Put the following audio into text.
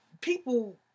people